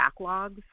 backlogs